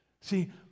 See